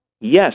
Yes